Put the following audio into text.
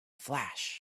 flash